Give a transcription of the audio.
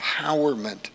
empowerment